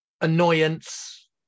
annoyance